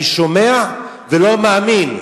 אני שומע ולא מאמין.